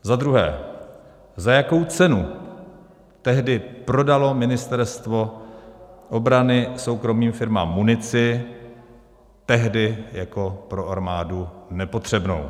Za druhé, za jakou cenu tehdy prodalo Ministerstvo obrany soukromým firmám munici, tehdy jako pro armádu nepotřebnou?